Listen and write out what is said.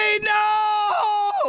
no